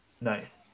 Nice